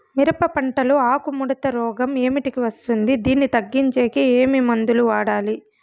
మిరప పంట లో ఆకు ముడత రోగం ఏమిటికి వస్తుంది, దీన్ని తగ్గించేకి ఏమి మందులు వాడాలి?